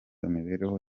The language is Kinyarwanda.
imibereho